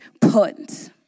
put